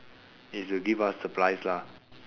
it's to give us supplies lah